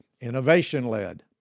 Innovation-led